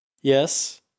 Yes